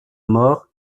mort